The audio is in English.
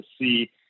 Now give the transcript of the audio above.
see